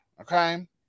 okay